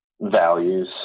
Values